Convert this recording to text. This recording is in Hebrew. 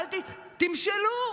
תמשלו,